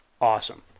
awesome